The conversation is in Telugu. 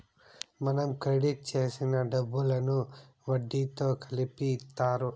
మనం క్రెడిట్ చేసిన డబ్బులను వడ్డీతో కలిపి ఇత్తారు